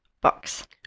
box